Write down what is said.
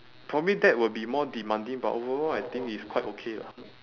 for me that would be more demanding but overall I think it's quite okay lah